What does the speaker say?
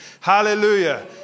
Hallelujah